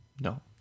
No